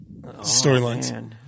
storylines